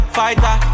fighter